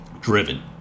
Driven